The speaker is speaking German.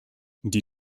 die